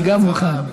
אני גם מוכן,